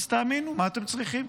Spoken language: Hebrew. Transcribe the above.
אז תאמינו, מה אתם צריכים?